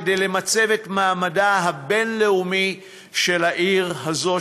כדי למצב את מעמדה הבין-לאומי של העיר הזו,